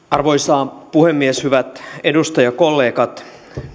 arvoisa puhemies hyvät edustajakollegat